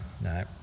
no